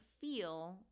feel